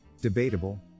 debatable